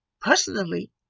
personally